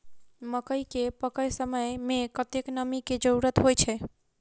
मकई केँ पकै समय मे कतेक नमी केँ जरूरत होइ छै?